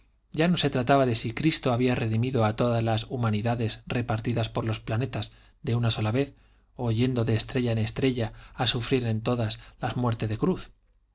ya no se trataba de si cristo había redimido a todas las humanidades repartidas por los planetas de una sola vez o yendo de estrella en estrella a sufrir en todas muerte de cruz